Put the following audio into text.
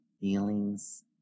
feelings